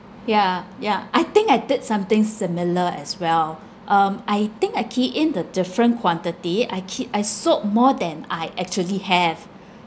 yeah ya I think I did something similar as well um I think I key in the different quantity I keyed I sold more than I actually have